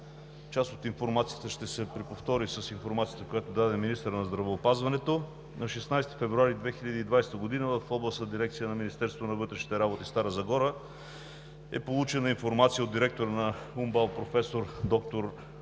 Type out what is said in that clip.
Част от информацията ще се повтори с тази, която даде министърът на здравеопазването. На 16 февруари 2020 г. в Областна дирекция на Министерството на вътрешните работи – Стара Загора, е получена информация от директора на УМБАЛ „Проф. д-р Стоян